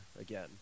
again